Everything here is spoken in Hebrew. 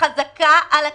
וחזקה על הכנסת,